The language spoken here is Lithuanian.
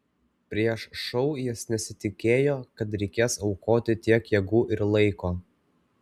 prieš šou jis nesitikėjo kad reikės aukoti tiek jėgų ir laiko